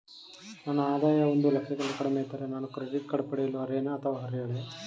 ನನ್ನ ಆದಾಯ ಒಂದು ಲಕ್ಷಕ್ಕಿಂತ ಕಡಿಮೆ ಇದ್ದರೆ ನಾನು ಕ್ರೆಡಿಟ್ ಕಾರ್ಡ್ ಪಡೆಯಲು ಅರ್ಹನೇ ಅಥವಾ ಅರ್ಹಳೆ?